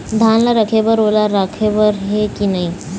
धान ला रखे बर ओल राखे बर हे कि नई?